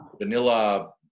vanilla